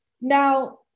Now